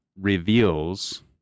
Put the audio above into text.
reveals